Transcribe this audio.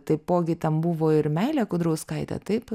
taipogi ten buvo ir meilė kudarauskaitė taip